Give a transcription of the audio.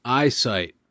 eyesight